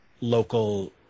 local